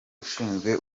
ushinzwe